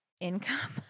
income